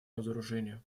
разоружению